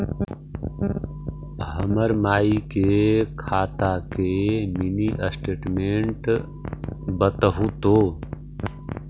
हमर माई के खाता के मीनी स्टेटमेंट बतहु तो?